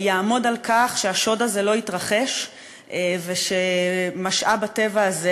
תעמוד על כך שהשוד הזה לא יתרחש ושמשאב הטבע הזה